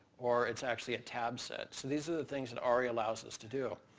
or it's actually a tab set. these are the things that aria allows us to do.